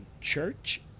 Church